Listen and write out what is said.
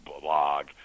blog